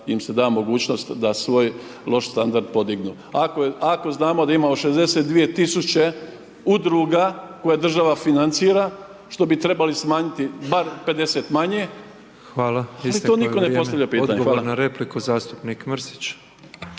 im se da mogućnost da svoj loš standard podignu ako znamo da imamo 62 000 udruga koje država financira, što bi trebali smanjiti bar 50 manje, mislim, to nitko ne postavlja pitanje. Hvala.